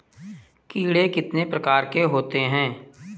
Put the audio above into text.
कीड़े कितने प्रकार के होते हैं?